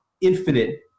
infinite